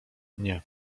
nie